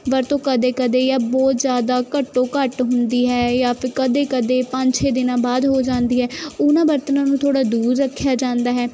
ਵਰਤੋਂ ਕਦੇ ਕਦੇ ਜਾਂ ਬਹੁਤ ਜ਼ਿਆਦਾ ਘੱਟੋ ਘੱਟ ਹੁੰਦੀ ਹੈ ਜਾਂ ਫਿਰ ਕਦੇ ਕਦੇ ਪੰਜ ਛੇ ਦਿਨਾਂ ਬਾਅਦ ਹੋ ਜਾਂਦੀ ਹੈ ਉਨ੍ਹਾਂ ਬਰਤਨਾਂ ਨੂੰ ਥੋੜ੍ਹਾ ਦੂਰ ਰੱਖਿਆ ਜਾਂਦਾ ਹੈ